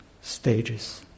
stages